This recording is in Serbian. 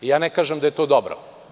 Ja ne kažem da je to dobro.